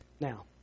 Now